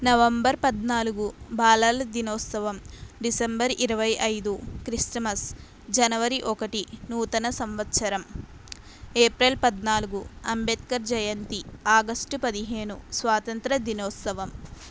November పద్నాలుగు బాలల దినోత్సవం డిసెంబర్ ఇరవైఐదు క్రిస్టమస్ జనవరి ఒకటి నూతన సంవత్సరం ఏప్రిల్ పద్నాలుగు అంబేద్కర్ జయంతి ఆగష్టు పదిహేను స్వాతంత్య్ర దినోత్సవం